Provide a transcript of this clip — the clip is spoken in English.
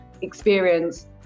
experience